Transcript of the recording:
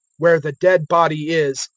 where the dead body is,